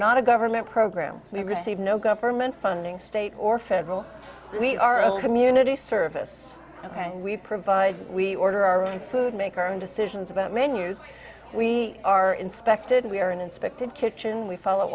not a government program we receive no government funding state or federal we are a community service ok and we provide we order our own food make our own decisions about menus we are inspected we are inspected kitchen we follow